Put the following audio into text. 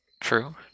True